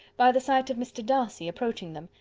by the sight of mr. darcy approaching them,